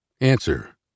Answer